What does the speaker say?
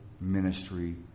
ministry